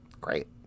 Great